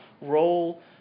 role